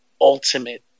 ultimate